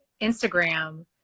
Instagram